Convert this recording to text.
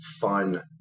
fun